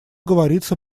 говорится